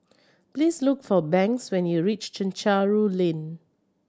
please look for Banks when you reach Chencharu Lane